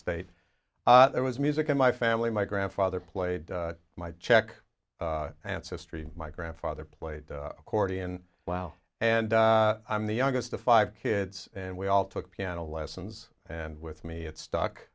state there was music in my family my grandfather played my czech ancestry my grandfather played accordion wow and i'm the youngest of five kids and we all took piano lessons and with me it stuck